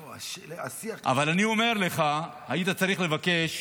לא, השיח ---- אבל אני אומר לך, היית צריך לבקש